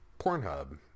Pornhub